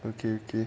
okay okay